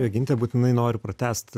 joginte būtinai nori pratęst